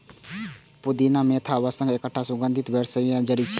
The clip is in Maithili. पुदीना मेंथा वंशक एकटा सुगंधित बरमसिया जड़ी छियै